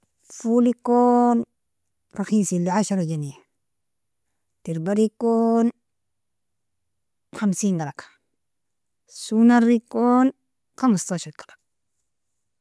Folikon rakhisa eli ashra, janiya derbadikon khamsen galaga, swonarikon khamsat ashar kalg.